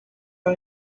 are